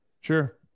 Sure